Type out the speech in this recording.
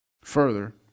Further